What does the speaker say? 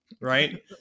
right